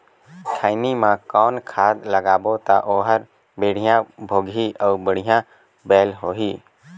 खैनी मा कौन खाद लगाबो ता ओहार बेडिया भोगही अउ बढ़िया बैल होही?